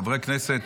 חברת הכנסת